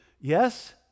Yes